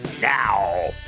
now